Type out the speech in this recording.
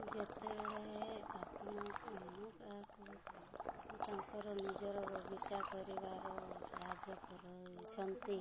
ଯେତେବେଳେ ଆପଣ ଅନ୍ୟ କାହାକୁ ତାଙ୍କର ନିଜର ବଗିଚା କରିବାର ସାହାଯ୍ୟ କରୁଛନ୍ତି